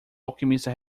alquimista